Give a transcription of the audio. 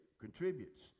contributes